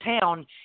town